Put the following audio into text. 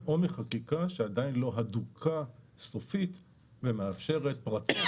או מחקיקה שעדיין לא הדוקה סופית ומאפשרות פרצות,